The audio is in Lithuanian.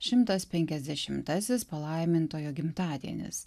šimtas penkiasdešimtasis palaimintojo gimtadienis